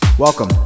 Welcome